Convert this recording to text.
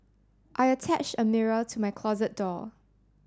I attached a mirror to my closet door